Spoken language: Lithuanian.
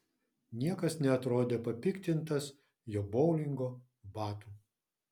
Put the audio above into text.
niekas neatrodė papiktintas jo boulingo batų